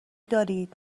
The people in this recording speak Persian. دارید